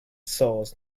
sauce